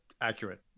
accurate